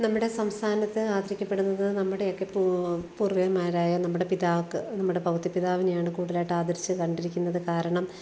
നമ്മുടെ സംസ്ഥാനത്ത് ആദരിക്കപ്പെടുന്നത് നമ്മുടെ ഒക്കെ പൂ പൂർവികന്മാരായ നമ്മുടെ പിതാക്ക് നമ്മുടെ പൌത്യ പിതാവിനെയാണ് കൂടുതലായിട്ട് ആദരിച്ച് കണ്ടിരിക്കുന്നത് കാരണം